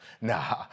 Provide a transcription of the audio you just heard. nah